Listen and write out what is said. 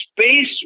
space